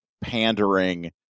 pandering